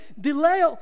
Delay